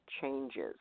changes